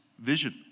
vision